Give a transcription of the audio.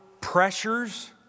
pressures